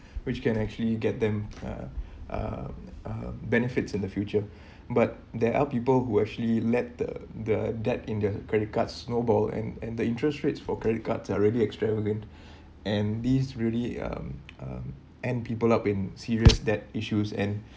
which can actually get them uh uh uh benefits in the future but there are people who actually let the the debt in their credit cards snowball and and the interest rates for credit cards are already extravagant and this really um um end people up in serious debt issues and